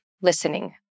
listening